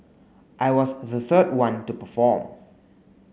I was the third one to perform